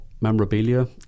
memorabilia